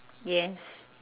yes